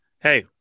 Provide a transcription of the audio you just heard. hey